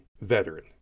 veteran